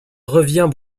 revient